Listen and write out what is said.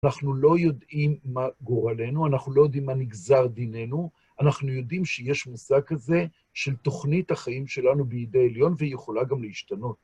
אנחנו לא יודעים מה גורלנו, אנחנו לא יודעים מה נגזר דינינו, אנחנו יודעים שיש מושג כזה של תוכנית החיים שלנו בידי עליון, והיא יכולה גם להשתנות.